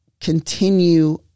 continue